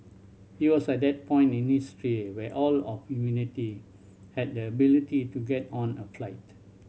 it was at that point in history where all of humanity had the ability to get on a flight